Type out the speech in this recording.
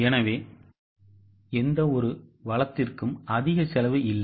எனவே எந்தவொரு வளத்திற்கும் அதிக செலவு இல்லை